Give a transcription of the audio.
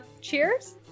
Cheers